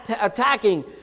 attacking